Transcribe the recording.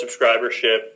subscribership